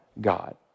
God